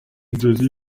inzozi